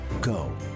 Go